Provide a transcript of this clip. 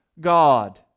God